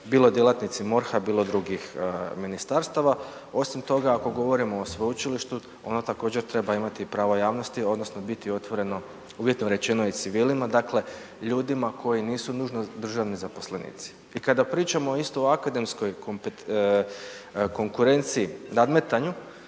bilo djelatnici MORH-a, bilo drugih ministarstava. Osim toga, ako govorimo o sveučilištu ono također treba imati prava javnosti odnosno biti otvoreno, uvjetno rečeno, i civilima, dakle ljudima koji nisu nužno državni zaposlenici. I kada pričamo isto o akademskoj konkurenciji, nadmetanju,